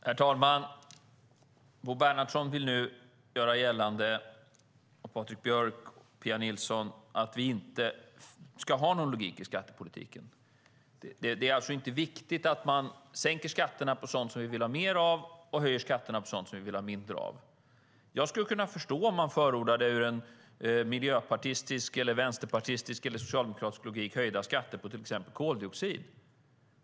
Herr talman! Bo Bernhardsson, Patrik Björck och Pia Nilsson vill nu göra gällande att vi inte ska ha någon logik i skattepolitiken. Det är alltså inte viktigt att man sänker skatterna på sådant som vi vill ha mer av och höjer skatterna på det som vi vill ha mindre av. Jag skulle kunna förstå det om man förordade en miljöpolitisk, vänsterpartistisk eller socialdemokratisk logik och höjda skatter på till exempel koldioxid.